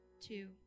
two